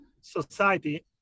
society